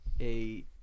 a-